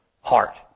heart